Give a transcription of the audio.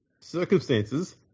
Circumstances